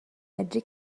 medru